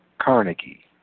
Carnegie